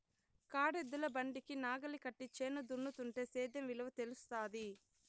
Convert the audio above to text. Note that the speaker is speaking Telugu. కాడెద్దుల బండికి నాగలి కట్టి చేను దున్నుతుంటే సేద్యం విలువ తెలుస్తాది